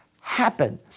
happen